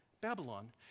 Babylon